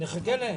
מי נגד, מי נמנע?